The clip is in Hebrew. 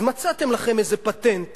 אז מצאתם לכם איזה פטנט